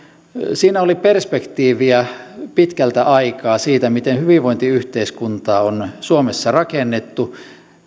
siinä oli perspektiiviä pitkältä aikaa siitä miten hyvinvointiyhteiskuntaa on suomessa rakennettu